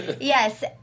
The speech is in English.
Yes